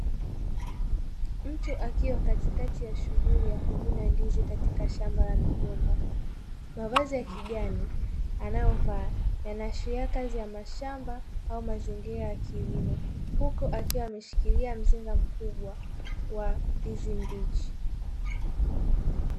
Mtu akiwa katikati ya shughuli ya kuvuna ndizi katika shamba la migomba, mavazi ya kijani anayovaa yanaashiria kazi ya mashamba au mazingira ya kilimo huku akiwa ameshikilia mzinga mkubwa wa ndizi mbichi.